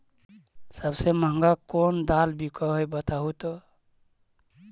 सबसे महंगा कोन दाल बिक है बताहु तो?